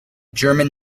german